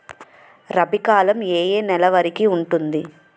రబీ కాలం ఏ ఏ నెల వరికి ఉంటుంది?